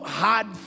hard